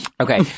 Okay